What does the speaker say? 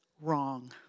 wrong